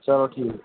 ਚਲੋ ਠੀਕ